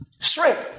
Shrimp